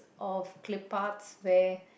of clip arts where